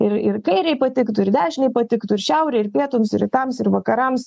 ir ir kairei patiktų ir dešinei patiktų ir šiaurei ir pietums ir rytams ir vakarams